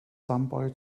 somebody